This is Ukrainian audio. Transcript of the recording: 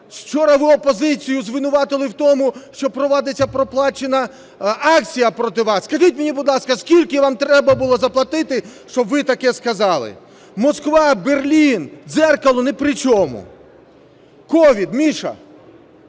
вчора ви опозицію звинуватили в тому, що провадиться проплачена акція проти вас. Скажіть мені, будь ласка, скільки вам треба було заплатити, що ви таке сказали? Москва, Берлін, дзеркало ні при чому. COVID. Миша,